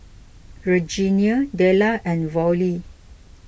Regenia Della and Vollie